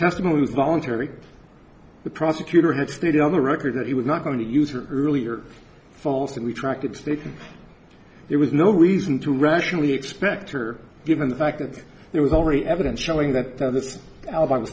testimony voluntary the prosecutor had stated on the record that he was not going to use her earlier false and retracted stated there was no reason to rationally expect her given the fact that there was already evidence showing that